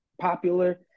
popular